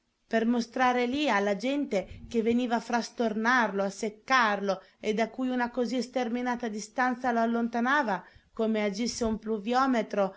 per mostrare lì alla gente che veniva a frastornarlo a seccarlo e da cui una così sterminata distanza lo allontanava come agisse un pluviometro